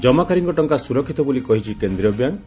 ଜମାକାରୀଙ୍କ ଟଙ୍କା ସ୍ରରକ୍ଷିତ ବୋଲି କହିଛି କେନ୍ଦ୍ରୀୟ ବ୍ୟାଙ୍କ୍